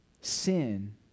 sin